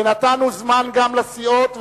ונתנו זמן גם לסיעות,